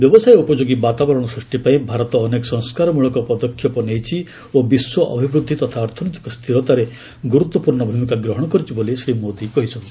ବ୍ୟବସାୟ ଉପଯୋଗୀ ବାତାବରଣ ସୃଷ୍ଟି ପାଇଁ ଭାରତ ଅନେକ ସଂସ୍କାର ମୂଳକ ପଦକ୍ଷେପ ନେଇଛି ଓ ବିଶ୍ୱ ଅଭିବୂଦ୍ଧି ତଥା ଅର୍ଥନୈତିକ ସ୍ଥିରତାରେ ଗୁରୁତ୍ୱପୂର୍୍ଣ ଭୂମିକା ଗ୍ରହଣ କରିଛି ବୋଲି ଶ୍ରୀ ମୋଦୀ କହିଛନ୍ତି